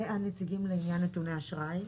זה הנציגים לעניין נתוני אשראי.